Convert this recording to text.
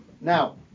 Now